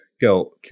go